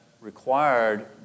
required